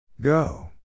Go